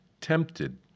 tempted